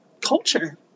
culture